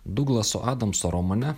duglaso adamso romane